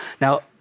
Now